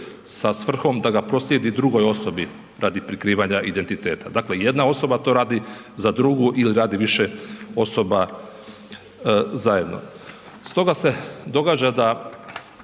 sa svrhom da ga proslijedi drugoj osobi radi prikrivanja identiteta, dakle jedna osoba to radi za drugu ili radi više osoba zajedno.